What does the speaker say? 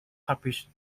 published